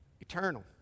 eternal